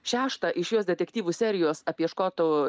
šeštą iš jos detektyvų serijos apie škotų